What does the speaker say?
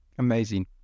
Amazing